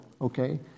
Okay